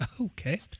Okay